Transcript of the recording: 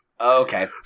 okay